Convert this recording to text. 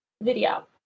video